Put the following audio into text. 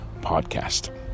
podcast